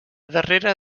darrera